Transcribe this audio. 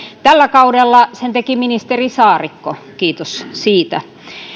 tällä kaudella sen teki ministeri saarikko kiitos siitä